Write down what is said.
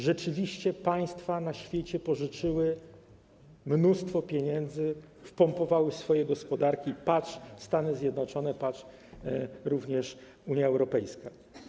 Rzeczywiście państwa na świecie pożyczyły mnóstwo pieniędzy, wpompowały je w swoje gospodarki - patrz Stany Zjednoczone, patrz również Unia Europejska.